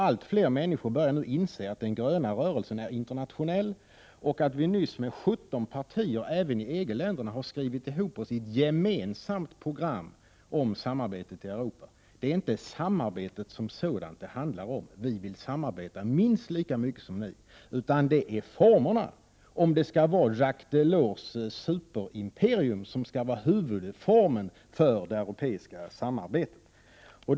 Allt fler människor börjar nu inse att den gröna rörelsen är internationell. Vi har nyss med 17 partier, även i EG-länderna, skrivit ihop oss i ett gemensamt program om samarbetet i Europa. Det är inte samarbetet som sådant det handlar om — vi vill samarbeta minst lika mycket som ni — utan det är formerna, om det skall vara Jacques Delors superimperium som skall vara huvudformen för det europeiska samarbetet.